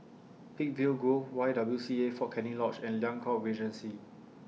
Peakville Grove Y W C A Fort Canning Lodge and Liang Court Regency